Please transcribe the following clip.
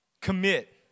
Commit